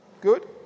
Good